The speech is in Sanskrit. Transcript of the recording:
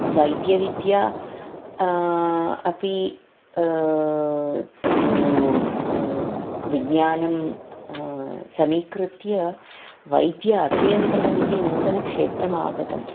वैद्यविद्या अपि तु विज्ञानं समीकृत्य वैद्यम् अभियन्त्रणमिति नूतनक्षेत्रम् आगतं